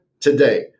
Today